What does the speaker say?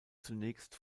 zunächst